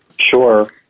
Sure